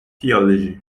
theology